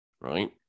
right